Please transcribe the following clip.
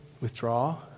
withdraw